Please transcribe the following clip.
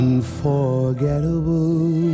Unforgettable